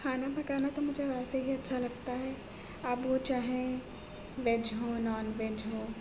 کھانا پکانا تو مجھے ویسے ہی اچھا لگتا ہے اب وہ چاہے ویج ہو نان ویج ہو